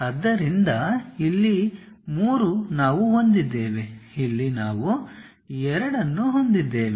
ಆದ್ದರಿಂದ ಇಲ್ಲಿ 3 ನಾವು ಹೊಂದಿದ್ದೇವೆ ಇಲ್ಲಿ ನಾವು 2 ಅನ್ನು ಹೊಂದಿದ್ದೇವೆ